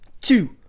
two